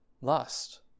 lust